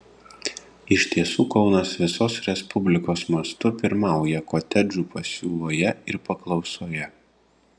iš tiesų kaunas visos respublikos mastu pirmauja kotedžų pasiūloje ir paklausoje